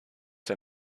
der